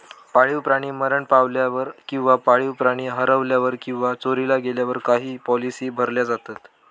पाळीव प्राणी मरण पावल्यावर किंवा पाळीव प्राणी हरवल्यावर किंवा चोरीला गेल्यावर काही पॉलिसी भरल्या जातत